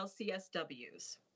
LCSWs